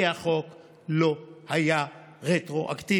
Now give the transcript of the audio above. כי החוק לא היה רטרואקטיבי.